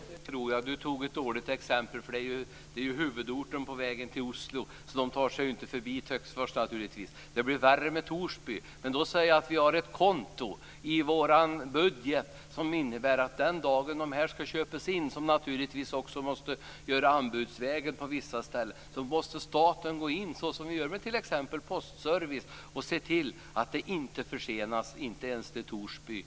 Fru talman! Ja, tänk det tror jag! Viviann Gerdin tog ett dåligt exempel. Töcksfors är ju huvudorten på vägen till Oslo. Värre blir det med Torsby. Men vi har ett konto i vår budget som innebär att den dagen inköp ska göras - något som naturligtvis måste göras anbudsvägen på vissa ställen - måste staten gå in, precis som när det gäller t.ex. postservicen, och se till att det inte blir förseningar - inte ens när det gäller